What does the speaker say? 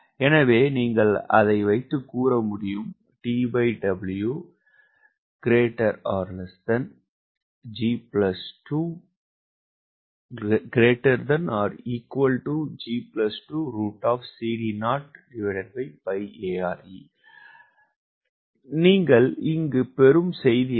எனவே நீங்கள் அதை வைத்து கூற முடியும் நீங்கள் இங்கு பெறும் செய்தி என்ன